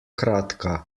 kratka